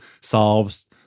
solves